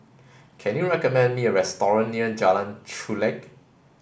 can you recommend me a restaurant near Jalan Chulek